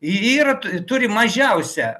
ir yra turi mažiausią